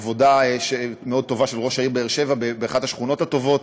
עבודה מאוד טובה של ראש העיר באר שבע באחת השכונות הטובות.